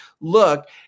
look